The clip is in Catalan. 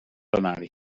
plenari